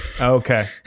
Okay